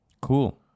Cool